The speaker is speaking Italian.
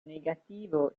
negativo